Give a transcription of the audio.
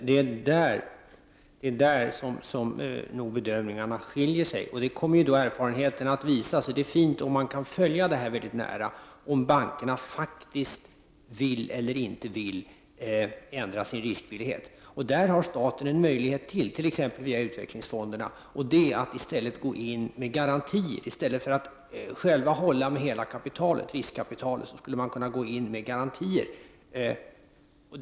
Herr talman! Det är där bedömningarna skiljer sig. Det kommer erfarenheten att visa. Det är viktigt att man nära kan följa om bankerna faktiskt vill eller inte vill ändra sin riskvillighet. Där har staten ytterligare en möjlighet t.ex. via utvecklingsfonderna: I stället för att själv hålla med hela riskkapitalet skulle man kunna gå in med garantier.